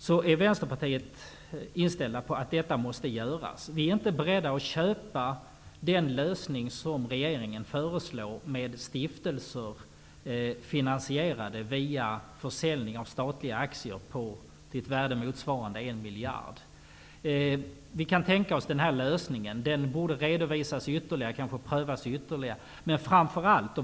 Vi i Vänsterpartiet är inställda på att detta måste göras. Vi är inte beredda att köpa den lösning som regeringen föreslår med stiftelser finansierade via försäljning av statliga aktier till ett värde motsvarande 1 miljard. Vi kan tänka oss en sådan lösning, men den borde redovisas bättre och kanske prövas ytterligare.